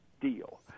deal